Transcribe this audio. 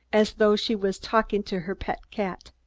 as though she was talking to her pet cat.